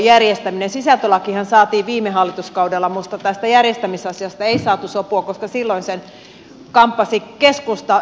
sisältölakihan saatiin viime hallituskaudella mutta tästä järjestämisasiasta ei saatu sopua koska silloin sen kamppasi keskusta